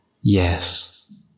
yes